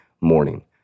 morning